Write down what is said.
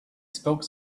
spoke